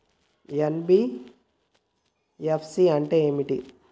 NBFC అంటే ఏమిటి?